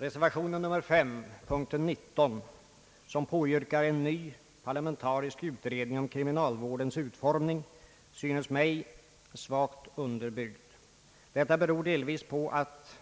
Reservationen vid punkten 19, där en ny parlamentarisk utredning påyrkas om kriminalvårdens utformning, synes mig svagt underbyggd. Detta beror delvis på att